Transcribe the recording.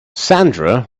sandra